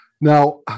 Now